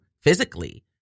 physically